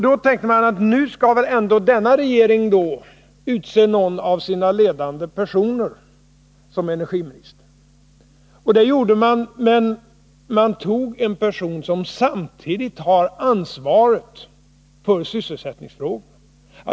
Då tänkte man: Nu skall väl ändå den nya regeringen utse någon av sina ledande personer till energiminister. Och det gjorde man, men det blev en person som samtidigt har ansvaret för sysselsättningsfrågorna.